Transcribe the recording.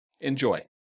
Enjoy